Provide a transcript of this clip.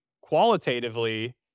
qualitatively